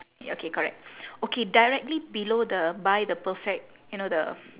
ya okay correct okay directly below the buy the perfect you know the